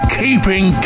keeping